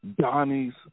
Donnie's